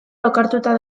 lokartuta